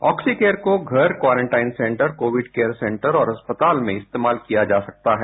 Oxycare को घर quarantine centre covid care centre और अस्पताल में इस्तेमाल किया जा सकता है